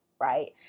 Right